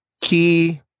key